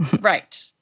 Right